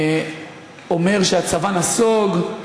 אומר שהצבא נסוג.